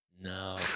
No